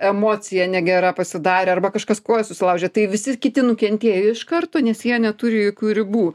emocija negera pasidarė arba kažkas koją susilaužė tai visi kiti nukentėjo iš karto nes jie neturi jokių ribų